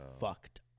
fucked